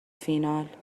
فینال